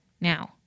Now